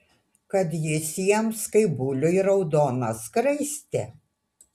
kad jis jiems kaip buliui raudona skraistė